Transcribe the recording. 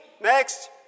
next